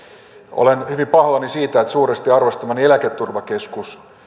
olen hyvin pahoillani siitä että suuresti arvostamani eläketurvakeskus